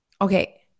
Okay